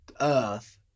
Earth